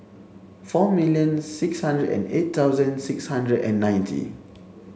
four million six hundred and eight thousand six hundred and ninety